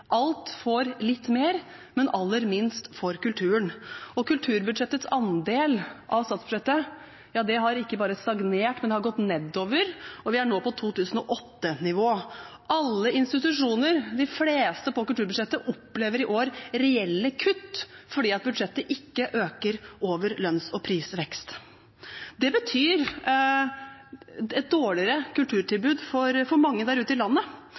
Alt får litt mer, men aller minst får kulturen. Kulturbudsjettets andel av statsbudsjettet har ikke bare stagnert, men gått nedover, og vi er nå på 2008-nivå. Alle institusjoner, de fleste på kulturbudsjettet, opplever i år reelle kutt fordi budsjettet ikke øker over lønns- og prisvekst. Det betyr et dårligere kulturtilbud for mange der ute i landet,